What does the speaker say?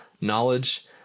Knowledge